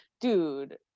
dude